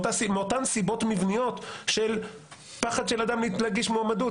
מאותן סיבות מבניות של פחד של אדם להגיש מועמדות,